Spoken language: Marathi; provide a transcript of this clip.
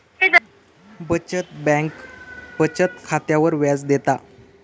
बचत बँक बचत खात्यावर व्याज देता